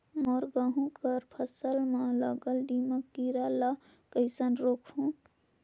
मोर गहूं कर फसल म लगल दीमक कीरा ला कइसन रोकहू?